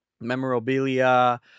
memorabilia